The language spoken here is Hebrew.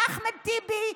לאחמד טיבי,